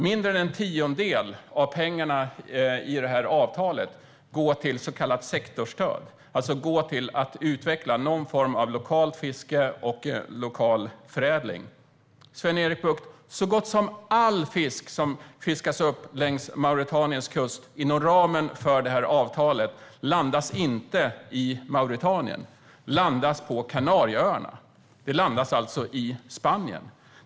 Mindre än en tiondel av pengarna i detta avtal går till så kallat sektorsstöd, alltså till att utveckla någon form av lokalt fiske och lokal förädling. Så gott som all fisk som fiskas upp längs Mauretaniens kust inom ramen för det här avtalet, Sven-Erik Bucht, landas inte i Mauretanien. Den landas på Kanarieöarna, alltså i Spanien.